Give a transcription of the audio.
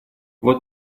вот